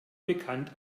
bekannt